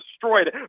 destroyed